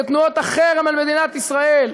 תנועות החרם על מדינת ישראל.